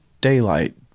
daylight